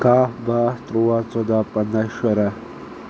کہہ بہہ تٕرٛوہ ژۄداہ پنٛداہ شُراہ